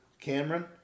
Cameron